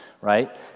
right